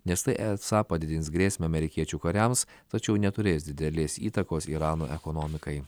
nes tai esą padidins grėsmę amerikiečių kariams tačiau neturės didelės įtakos irano ekonomikai